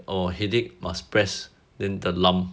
oh headache must press then the lump